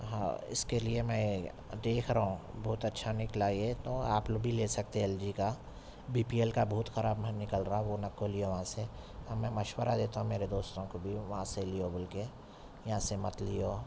ہاں اس کے لیے میں دیکھ رہا ہوں بہت اچھا نکلا یہ تو آپ لوگ بھی لے سکتے ایل جی کا بی پی ایل کا بہت خراب مال نکل رہا وہ نکو لیو وہاں سے میں مشورہ دیتا ہوں میرے دوستوں کو بھی وہاں سے لیو بول کے یہاں سے مت لیو